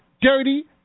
Dirty